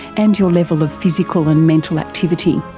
and your level of physical and mental activity.